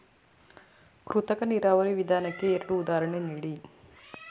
ಕೃತಕ ನೀರಾವರಿ ವಿಧಾನಕ್ಕೆ ಎರಡು ಉದಾಹರಣೆ ನೀಡಿ?